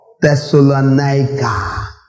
Thessalonica